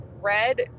red